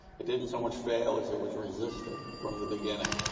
it didn't so much fail as it was resisted from the beginning.